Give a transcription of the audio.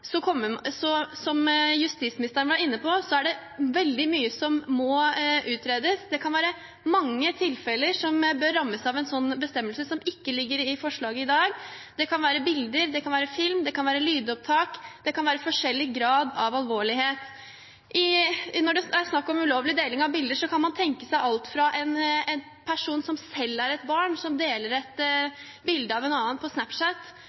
kommer til å be om i dag, er det – som justisministeren var inne på – veldig mye som må utredes. Det kan være mange tilfeller som bør rammes av en slik bestemmelse, som ikke ligger i forslaget i dag. Det kan være bilder, film, lydopptak og forskjellig grad av alvorlighet. Når det er snakk om ulovlig deling av bilder, kan man tenke seg alt fra en situasjon hvor det er en person som selv er et barn, som deler et bilde av en annen på